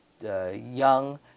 Young